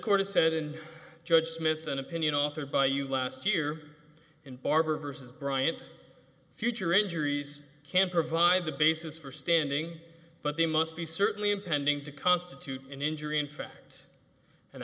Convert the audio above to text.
court has said in judge smith an opinion offered by you last year and barbara versus bryant future injuries can provide the basis for standing but they must be certainly impending to constitute an injury in fact and